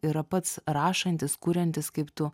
yra pats rašantis kuriantis kaip tu